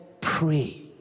pray